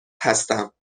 هستم